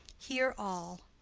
hear all,